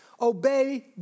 obey